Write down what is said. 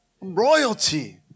royalty